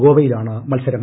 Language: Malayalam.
ഗോവയിലാണ് മത്സരം